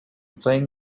playing